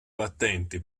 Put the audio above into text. battenti